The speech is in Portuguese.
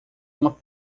uma